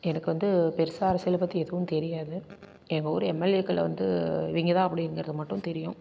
எனக்கு வந்து பெருசாக அரசியலை பற்றி எதுவும் தெரியாது எங்கள் ஊர் எம்எல்ஏக்கள் வந்து இவங்க தான் அப்படிங்கிறது மட்டும் தெரியும்